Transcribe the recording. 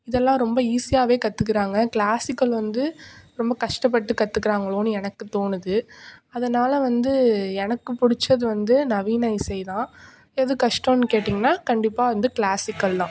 இதெல்லாம் ரொம்ப ஈஸியாகவே கத்துக்கிறாங்க கிளாசிக்கல் வந்து ரொம்ப கஷ்டப்பட்டு கத்துக்கிறாங்களோனு எனக்கு தோணுது அதனால வந்து எனக்கு பிடிச்சது வந்து நவீன இசைதான் எது கஷ்டோம்னு கேட்டிங்கனா கண்டிப்பாக வந்து கிளாசிக்கல் தான்